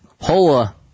Hola